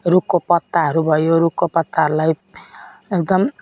रुखको पत्ताहरू भयो रुखको पत्ताहरूलाई एकदम